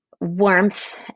warmth